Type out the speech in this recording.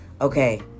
Okay